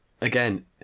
Again